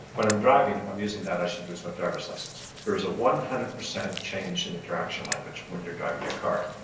when i'm driving, if i'm using that, i should lose my driver's license. there is a one hundred percent change in interaction language when you're driving your car.